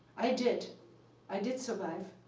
i did i did survive,